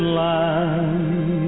land